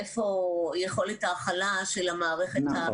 איפה יכולת ההכלה של המערכת?